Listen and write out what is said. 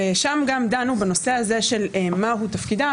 ושם גם דנו בנושא הזה של מהו תפקידה,